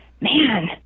Man